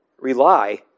rely